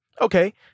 Okay